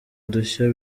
udushya